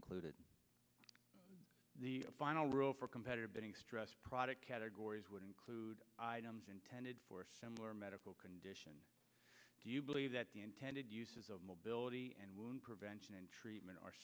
included in the final rule for competitive bidding stress product categories would include items intended for similar medical condition do you believe that the intended uses of mobility and prevention and treatment